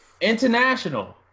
international